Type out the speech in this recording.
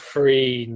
Free